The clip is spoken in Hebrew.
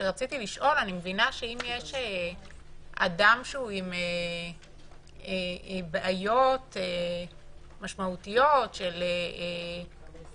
אני מבינה שאם יש אדם שהוא עם בעיות משמעותיות של פדופיליה,